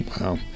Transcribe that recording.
Wow